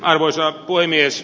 arvoisa puhemies